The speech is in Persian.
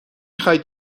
خواهید